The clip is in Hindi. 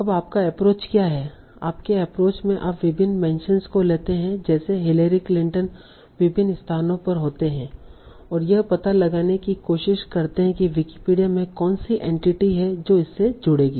अब आपका एप्रोच क्या है आपके एप्रोच में आप विभिन्न मेंशनस को लेते हैं जैसे हिलेरी क्लिंटन विभिन्न स्थानों पर होते हैं और यह पता लगाने की कोशिश करते हैं कि विकिपीडिया में कौन सी एंटिटी है जो इससे जुड़ेगी